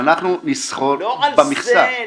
שאנחנו נסחור במכסה,